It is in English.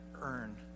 earn